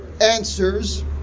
answers